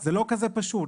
זה לא כזה פשוט.